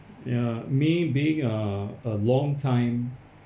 ya me being uh a long time